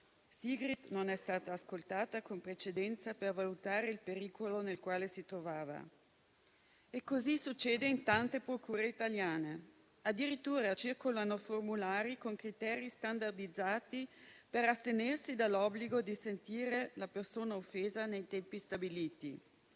Sigrid non è stata ascoltata con precedenza per valutare il pericolo nel quale si trovava, e lo stesso succede in tante procure italiane. Addirittura circolano formulari con criteri standardizzati per astenersi dall'obbligo di sentire la persona offesa nei tempi stabiliti.